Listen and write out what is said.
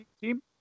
team